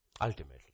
ultimately